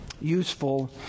Useful